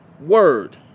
word